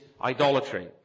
idolatry